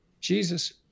Jesus